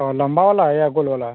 और लंबा वाला है या गोल वाला